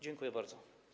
Dziękuję bardzo.